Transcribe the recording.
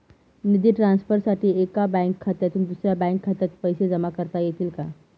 निधी ट्रान्सफरसाठी एका बँक खात्यातून दुसऱ्या बँक खात्यात पैसे जमा करता येतील का?